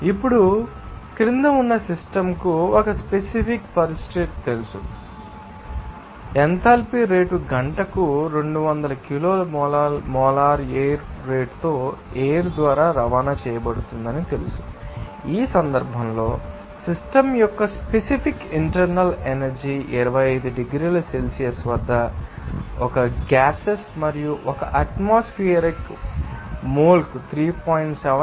ఇప్పుడు మీ క్రింద ఉన్న సిస్టమ్ కు ఒక స్పెసిఫిక్ పరిస్టేట్ తెలుసు అని మేము చెబితే ఎంథాల్పీ రేటు గంటకు 200 కిలో మోలాల మోలార్ ఎయిర్ రేటుతో ఎయిర్ ం ద్వారా రవాణా చేయబడుతుందని మీకు తెలుసు ఈ సందర్భంలో ఆ సిస్టమ్ యొక్క స్పెసిఫిక్ ఇంటర్నల్ ఎనర్జీ 25 డిగ్రీల సెల్సియస్ వద్ద ఒక గ్యాసెస్ మరియు ఒక అట్మాస్ఫెరిక్ ం మీకు మోల్కు 3